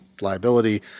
liability